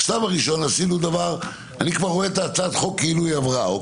אני רואה את הצעת החוק כאילו היא כבר עברה.